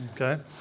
Okay